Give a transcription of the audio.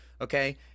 Okay